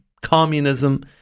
communism